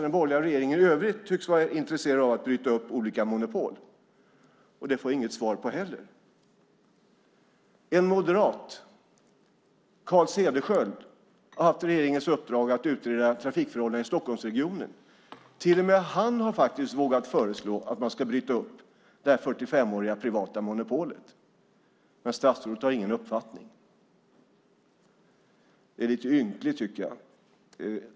Den borgerliga regeringen tycks ju i övrigt vara intresserad av att bryta upp olika monopol. Den frågan får jag inte heller något svar på. En moderat, Carl Cederschiöld, har haft regeringens uppdrag att utreda trafikförhållandena i Stockholmsregionen. Till och med han har vågat föreslå att man ska bryta upp det här 45-åriga privata monopolet. Men statsrådet har ingen uppfattning. Det är lite ynkligt, tycker jag.